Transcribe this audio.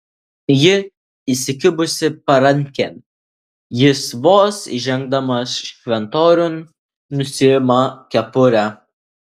ji įsikibusi parankėn jis vos įžengdamas šventoriun nusiima kepurę